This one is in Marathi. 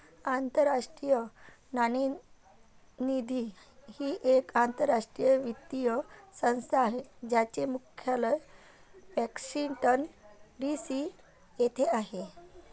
आंतरराष्ट्रीय नाणेनिधी ही एक आंतरराष्ट्रीय वित्तीय संस्था आहे ज्याचे मुख्यालय वॉशिंग्टन डी.सी येथे आहे